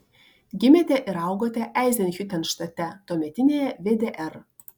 gimėte ir augote eizenhiutenštate tuometinėje vdr